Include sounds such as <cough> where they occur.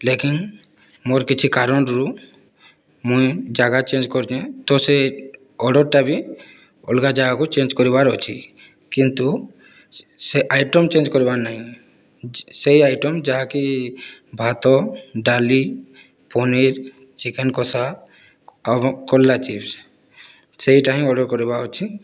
ଲେକିନ୍ ମୋର କିଛି କାରଣରୁ ମୁଁ ଜାଗା ଚେଞ୍ଜ କରିଛି ତ ସେ ଅର୍ଡ଼ରଟା ବି ଅଲଗା ଜାଗାକୁ ଚେଞ୍ଜ କରିବାର ଅଛି କିନ୍ତୁ ସେ ଆଇଟମ୍ ଚେଞ୍ଜ କରିବାର ନାହିଁ ସେହି ଆଇଟମ୍ ଯାହାକି ଭାତ ଡାଲି ପନିର୍ ଚିକେନ୍ କଷା ଆଉ <unintelligible> କଲରା ଚିପ୍ସ ସେଇଟା ହିଁ ଅର୍ଡ଼ର କରିବାର ଅଛି